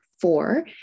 four